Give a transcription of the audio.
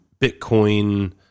Bitcoin